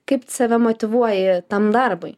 kaip save motyvuoji tam darbui